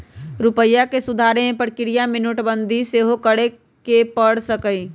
रूपइया के सुधारे कें प्रक्रिया में नोटबंदी सेहो करए के पर सकइय